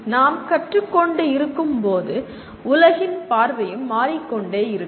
நாம் கற்று கொண்டு இருக்கும்போது உலகின் பார்வையும் மாறிக்கொண்டே இருக்கும்